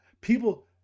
people